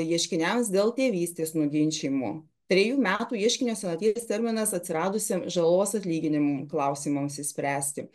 ieškiniams dėl tėvystės nuginčijimų trejų metų ieškinio senaties terminas atsiradusiam žalos atlyginimų klausimams išspręsti